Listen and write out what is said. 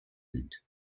sind